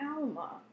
Alma